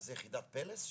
מי שיושב פה הוא מיחידת פלס?